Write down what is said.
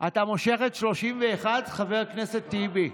אתה מושך את 31, חבר הכנסת טיבי?